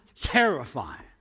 terrifying